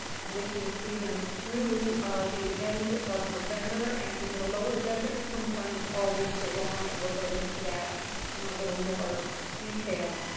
and we can see them through the end of november and in the lower deserts, sometimes, all winter long. and we'll go into that in a little more detail